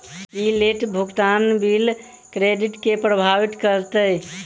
की late भुगतान bill credit केँ प्रभावित करतै?